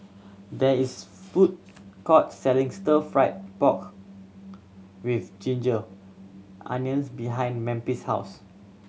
there is food court selling Stir Fry pork with ginger onions behind Memphis' house